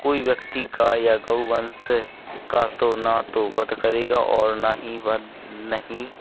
कोई व्यक्ति गाय या गौ वंश का तो न तो वध करेगा और न ही वह नहीं